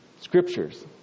scriptures